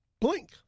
Blink